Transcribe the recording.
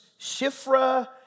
Shifra